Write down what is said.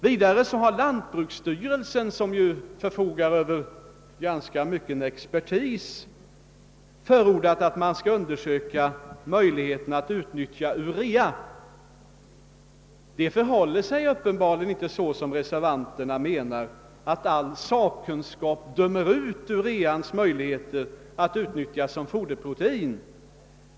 Vidare har lantbruksstyrelsen, som förfogar över ganska mycket av expertis, förordat att man skall undersöka möjligheterna att utnyttja urea. Det förhåller sig uppenbarligen inte, såsom reservanterna menar, så att all sakkunskap dömer ut möjligheterna att utnyttja urea som foderprotein.